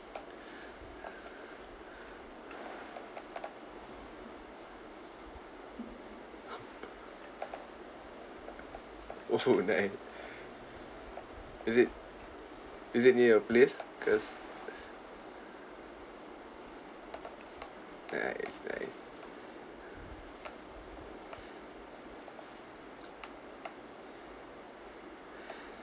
oh nice is it is it near your place cause nice nice